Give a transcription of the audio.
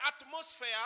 atmosphere